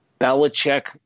Belichick